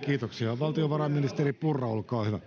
Kiitoksia. — Valtiovarainministeri Purra, olkaa hyvä.